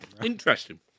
Interesting